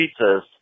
pizzas